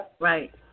Right